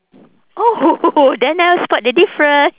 oh then that one spot the different